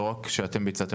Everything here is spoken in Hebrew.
לא רק שאתם ביצעתם,